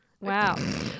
Wow